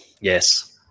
Yes